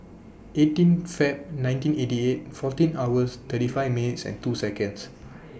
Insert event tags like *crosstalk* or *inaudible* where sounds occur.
*noise* eighteen Feb nineteen eighty eight fourteen hours thirty five minutes and two Seconds